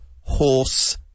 horse